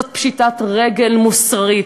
זאת פשיטת רגל מוסרית,